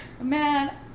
man